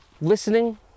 listening